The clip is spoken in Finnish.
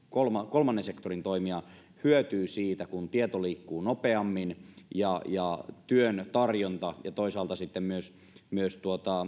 kolmannen sektorin toimija hyötyvät siitä kun tieto liikkuu nopeammin ja ja työn tarjonta toimii ja toisaalta myös myös